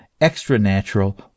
extranatural